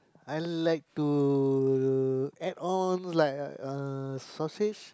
I like to add on like a uh sausage